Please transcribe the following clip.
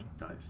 Nice